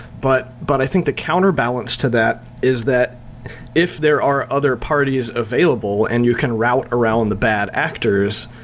but but i think the counterbalance to that is that if there are other parties available and you can route around the bad actors,